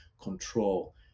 control